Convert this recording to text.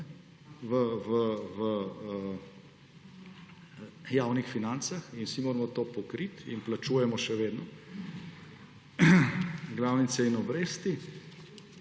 v javnih financah in vsi moramo to pokriti in plačujemo še vedno glavnice in obresti.